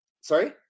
sorry